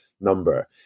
number